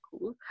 cool